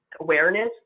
awareness